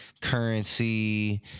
Currency